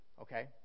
okay